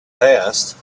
passed